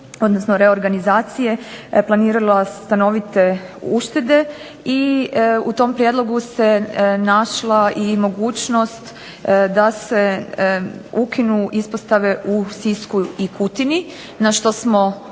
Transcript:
odnosno reorganizacije planirala stanovite uštede. I u tom prijedlogu našla i mogućnost da se ukinu ispostave u Sisku i Kutini na što smo mi